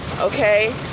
okay